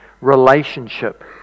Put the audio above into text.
relationship